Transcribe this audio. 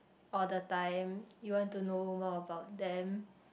all the time you want to know more about them